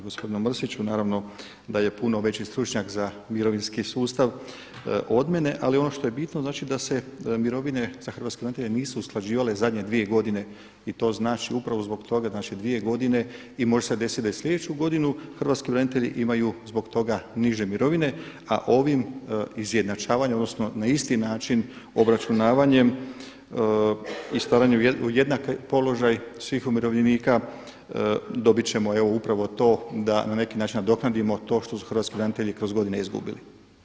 Evo gospodinu Mrsiću, naravno da je puno veći stručnjak za mirovinski sustav od mene, ali ono što je bitno znači da se mirovine za Hrvatske branitelje nisu usklađivale zadnje dvije godine i to znači upravo zbog toga, znači dvije godine i može se desiti da i slijedeću godinu hrvatski branitelji imaju zbog toga niže mirovine, a ovim izjednačavanjem odnosno ne isti način obračunavanjem i stavljanjem u jednak položaj svih umirovljenika dobit ćemo evo upravo to da na neki način nadoknadimo to što su hrvatski branitelji kroz godine izgubili.